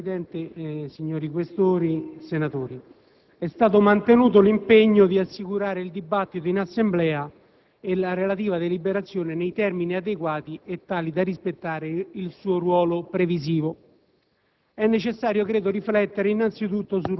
*(UDC)*. Signor Presidente, signori Questori, senatori, è stato mantenuto l'impegno di assicurare il dibattito in Assemblea e la relativa deliberazione nei termini adeguati e tali da rispettare il suo ruolo previsivo.